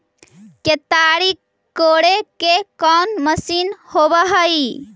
केताड़ी कोड़े के कोन मशीन होब हइ?